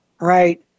Right